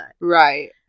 Right